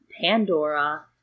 Pandora